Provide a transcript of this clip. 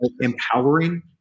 empowering